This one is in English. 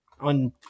on